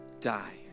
die